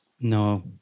No